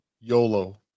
YOLO